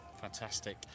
Fantastic